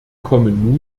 kommen